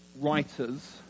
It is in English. writers